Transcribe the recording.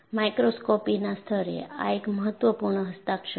માઇક્રોસ્કોપિકના સ્તરે આ એક મહત્વપૂર્ણ હસ્તાક્ષર છે